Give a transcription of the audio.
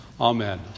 Amen